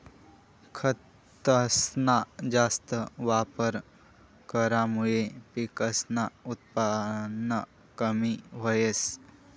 खतसना जास्त वापर करामुये पिकसनं उत्पन कमी व्हस